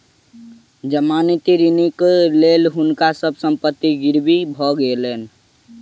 जमानती ऋणक लेल हुनका सभ संपत्ति गिरवी भ गेलैन